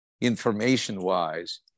information-wise